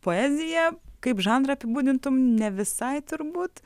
poeziją kaip žanrą apibūdintum ne visai turbūt